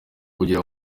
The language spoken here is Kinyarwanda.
kugera